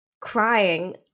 crying